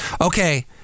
Okay